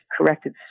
corrected